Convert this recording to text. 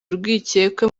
urwikekwe